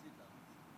מחצית עם ישראל.